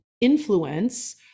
influence